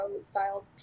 style